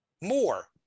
more